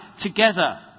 together